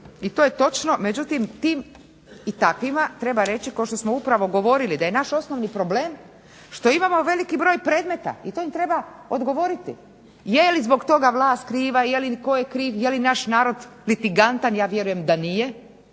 I to je točno. Međutim, tim i takvima treba reći kao što smo upravo govorili da je naš osnovni problem što imamo veliki broj predmeta i to im treba odgovoriti. Je li zbog toga vlast kriva? Je li tko je kriv? Je li